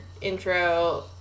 intro